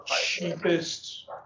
cheapest